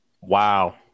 Wow